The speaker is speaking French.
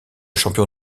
champion